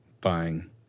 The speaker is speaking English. buying